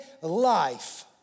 life